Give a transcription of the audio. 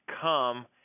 come